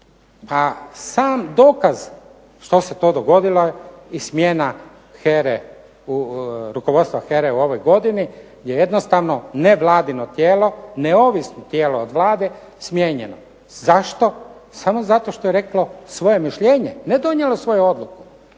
A sam dokaz što se to dogodilo i smjena HERA, rukovodstva HERA-e u ovoj godini je jednostavno nevladino tijelo, neovisno tijelo od Vlade smijenjeno. Zašto? Samo zato što je reklo svoje mišljenje, ne donijelo svoju odluku,